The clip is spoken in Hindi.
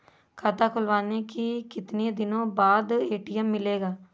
खाता खुलवाने के कितनी दिनो बाद ए.टी.एम मिलेगा?